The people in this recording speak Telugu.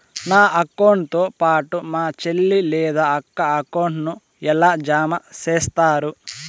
నా అకౌంట్ తో పాటు మా చెల్లి లేదా అక్క అకౌంట్ ను ఎలా జామ సేస్తారు?